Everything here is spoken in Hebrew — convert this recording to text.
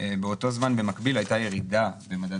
באותו זמן במקביל הייתה ירידה במדד